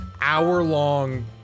hour-long